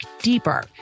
deeper